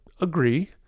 agree